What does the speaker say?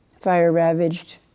fire-ravaged